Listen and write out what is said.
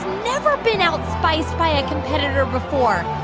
never been outspiced by a competitor before.